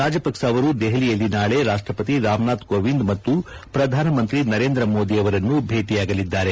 ರಾಜಪಕ್ಷ ಅವರು ದೆಹಲಿಯಲ್ಲಿ ನಾಳೆ ರಾಷ್ಷಪತಿ ರಾಮನಾಥ್ ಕೋವಿಂದ್ ಮತ್ತು ಪ್ರಧಾನಮಂತ್ರಿ ನರೇಂದ್ರ ಮೋದಿ ಅವರನ್ನು ಭೇಟಿಯಾಗಲಿದ್ದಾರೆ